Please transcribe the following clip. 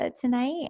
tonight